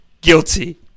guilty